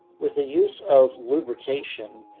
with the use of lubrication,